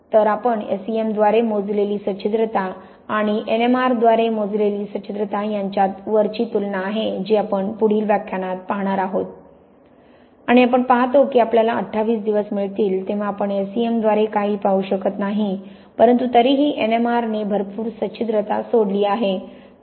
तरआपण SEM द्वारे मोजलेली सच्छिद्रता आणि NMR द्वारे मोजलेली सच्छिद्रता यांच्यात वरची तुलना आहे जी आपण पुढील व्याख्यानात पाहणार आहोत आणि आपण पाहतो की आपल्याला 28 दिवस मिळतील तेव्हा आपण SEM द्वारे काहीही पाहू शकत नाही परंतु तरीही NM R ने भरपूर सच्छिद्रता सोडली आहे